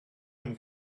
him